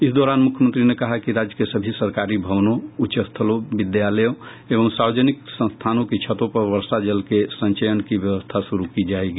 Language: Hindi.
इस दौरान मुख्यमंत्री ने कहा कि राज्य के सभी सरकारी भवनों उच्च स्थलों विद्यालयों एवं सार्वजनिक संस्थानों की छतों पर वर्षा जल के संचयन की व्यवस्था शुरू की जायेगी